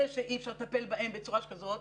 אלה שאי אפשר לטפל בהם בצורה שכזאת,